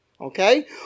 Okay